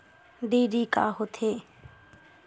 DD का होथे?